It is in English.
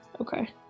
okay